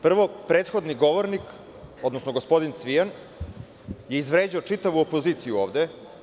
Prvo prethodni govornik, odnosno gospodin Cvijan, je izvređao čitavu opoziciju ovde.